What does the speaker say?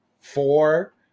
four